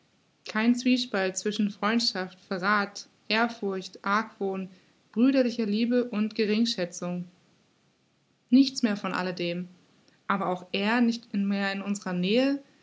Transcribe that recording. kein zwiespalt zwischen freundschaft verrath ehrfurcht argwohn brüderlicher liebe und geringschätzung nichts mehr von alle dem aber auch er nicht mehr in unserer nähe